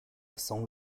soon